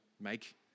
make